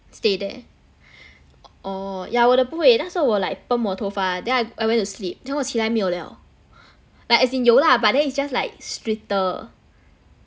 stay there oh yeah 我的不会但是我 like perm 我头发 then I I went to sleep then 我起来没有了 like as in 有 lah but then it's just like straighter